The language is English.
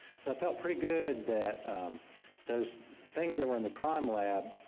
so i felt pretty good that those things that were in the crime lab,